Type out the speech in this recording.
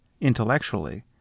intellectually